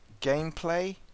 gameplay